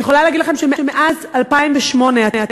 אני יכולה להגיד לכם שמאז 2008 התקשורת